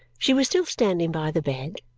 she was still standing by the bed,